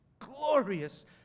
glorious